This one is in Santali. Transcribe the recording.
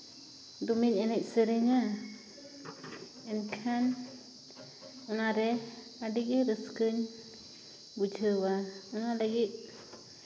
ᱫᱚᱢᱮᱧ ᱮᱱᱮᱡ ᱥᱮᱨᱮᱧᱟ ᱮᱱᱠᱷᱟᱱ ᱚᱱᱟᱨᱮ ᱟᱹᱰᱤᱜᱮ ᱨᱟᱹᱥᱠᱟᱹᱧ ᱵᱩᱡᱷᱟᱹᱣᱟ ᱚᱱᱟ ᱞᱟᱹᱜᱤᱫ